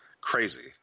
crazy